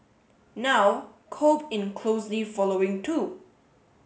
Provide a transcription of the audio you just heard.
now Kobe in closely following too